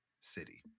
city